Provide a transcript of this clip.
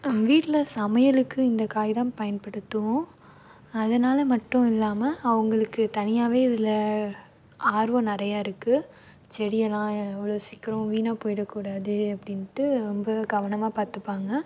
வீட்டில் சமையலுக்கு இந்த காய் தான் பயன்படுத்துவோம் அதனால மட்டும் இல்லாமல் அவங்குளுக்கு தனியாகவே இதில் ஆர்வம் நிறையாருக்கு செடியெல்லாம் அவ்வளோ சீக்கிரம் வீணாக போய்விடக்கூடாது அப்படின்ட்டு ரொம்ப கவனமாக பார்த்துப்பாங்க